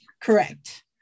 Correct